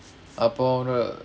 அப்ப ஒரு:appa oru